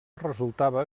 resultava